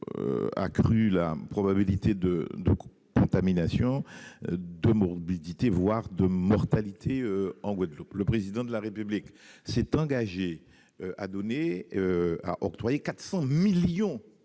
accru la probabilité de contamination, de morbidité, voire de mortalité en Guadeloupe. Le Président de la République s'est engagé à octroyer, tenez-vous